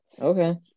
Okay